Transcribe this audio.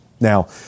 Now